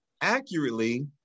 accurately